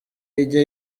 ijya